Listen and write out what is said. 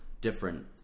different